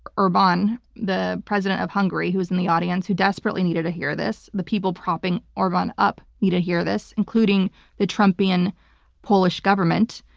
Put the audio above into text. orban, the president of hungary, who was in the audience who desperately needed to hear this, the people propping orban up need to hear this, including the trumpian polish government,